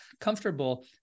comfortable